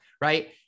right